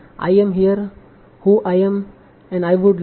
I am here who am I और I would like to no